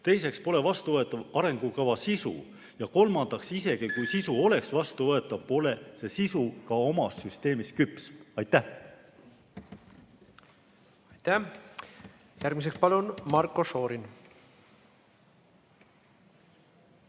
teiseks pole vastuvõetav arengukava sisu ja kolmandaks, isegi kui sisu oleks vastuvõetav, pole see sisu ka omas süsteemis küps. Aitäh! Aitäh! Järgmisena palun Marko Šorin!